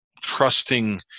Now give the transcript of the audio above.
trusting